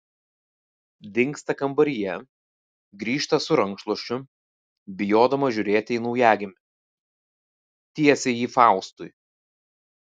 dingsta kambaryje grįžta su rankšluosčiu bijodama žiūrėti į naujagimį tiesia jį faustui